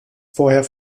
vorher